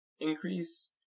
increase